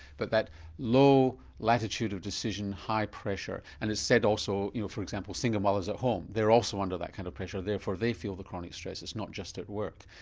but that low latitude of decision, high pressure, and it's said also you know for example single mothers at home, they're also under that kind of pressure therefore they feel the chronic stress, it's not just at work.